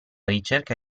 ricerca